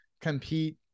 compete